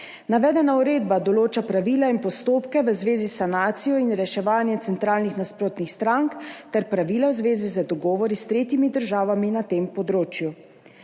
Navedena uredba določa pravila in postopke v zvezi s sanacijo in reševanjem centralnih nasprotnih strank ter pravila v zvezi z dogovori s tretjimi državami na tem področju.